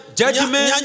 judgment